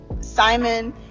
simon